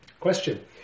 Question